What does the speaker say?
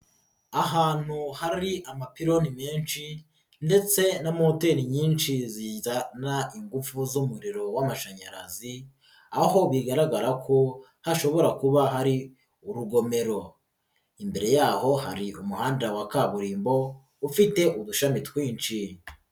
ahantu hari amapironi menshi ndetse na moteri nyinshi zizana ingufu z'umuriro w'amashanyarazi, aho bigaragara ko hashobora kuba hari urugomero, imbere y'aho hari umuhanda wa kaburimbo ufite udushami twinshi.